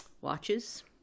watches